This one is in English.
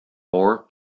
more